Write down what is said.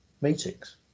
meetings